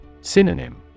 Synonym